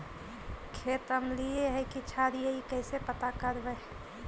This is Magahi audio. खेत अमलिए है कि क्षारिए इ कैसे पता करबै?